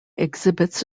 exhibits